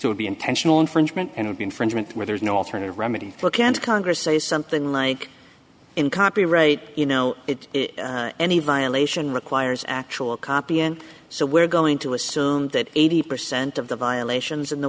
it would be intentional infringement and would be infringement where there is no alternative remedy look and congress say something like in copyright you know it any violation requires actual copy and so we're going to assume that eighty percent of the violations